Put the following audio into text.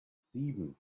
sieben